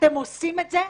אתם עושים את זה,